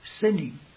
sinning